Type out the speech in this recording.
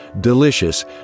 Delicious